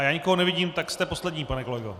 Já nikoho nevidím, tak jste poslední, pane kolego.